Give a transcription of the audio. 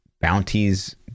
bounties